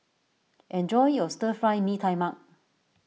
enjoy your Stir Fry Mee Tai Mak